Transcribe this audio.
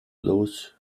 those